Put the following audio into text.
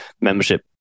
membership